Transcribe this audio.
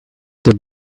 the